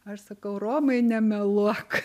aš sakau romai nemeluok